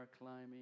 climbing